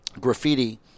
graffiti